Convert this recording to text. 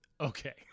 Okay